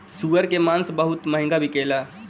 सूअर के मांस बहुत महंगा बिकेला